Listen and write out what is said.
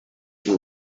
you